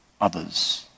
others